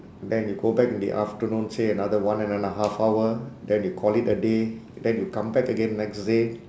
then you go back in the afternoon say another one and a half hour then you call it a day and then you come back again next day